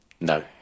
no